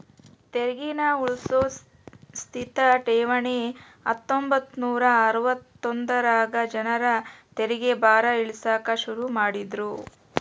ತೆರಿಗೇನ ಉಳ್ಸೋ ಸ್ಥಿತ ಠೇವಣಿ ಹತ್ತೊಂಬತ್ ನೂರಾ ಅರವತ್ತೊಂದರಾಗ ಜನರ ತೆರಿಗೆ ಭಾರ ಇಳಿಸಾಕ ಶುರು ಮಾಡಿದ್ರು